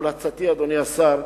המלצתי, אדוני השר,